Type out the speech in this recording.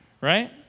Right